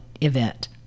event